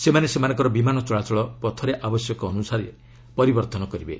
ସେମାନେ ସେମାନଙ୍କର ବିମାନ ଚଳାଚଳ ପଥରେ ଆବଶ୍ୟକ ଅନୁସାରେ ପରିବର୍ତ୍ତନ କରିବେ